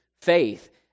faith